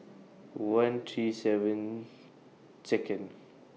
one three seven Second